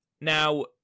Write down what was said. Now